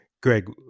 Greg